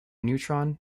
neutron